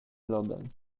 lodem